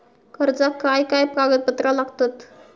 कर्जाक काय काय कागदपत्रा लागतत?